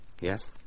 Yes